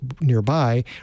nearby